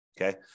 okay